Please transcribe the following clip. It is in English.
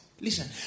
Listen